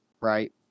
right